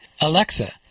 Alexa